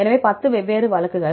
எனவே 10 வெவ்வேறு வழக்குகள்